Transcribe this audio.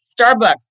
Starbucks